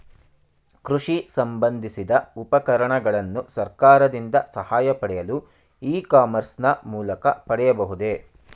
ಕೃಷಿ ಸಂಬಂದಿಸಿದ ಉಪಕರಣಗಳನ್ನು ಸರ್ಕಾರದಿಂದ ಸಹಾಯ ಪಡೆಯಲು ಇ ಕಾಮರ್ಸ್ ನ ಮೂಲಕ ಪಡೆಯಬಹುದೇ?